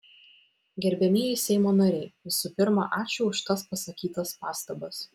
gerbiamieji seimo nariai visų pirma ačiū už tas pasakytas pastabas